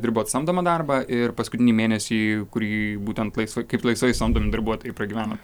dirbot samdomą darbą ir paskutinį mėnesį kurį būtent laisvai kaip laisvai samdomi darbuotojai pragyvenot